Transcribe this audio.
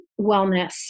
wellness